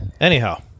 Anyhow